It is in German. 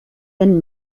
wenn